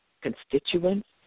constituents